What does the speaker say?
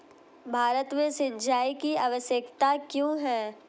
भारत में सिंचाई की आवश्यकता क्यों है?